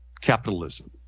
capitalism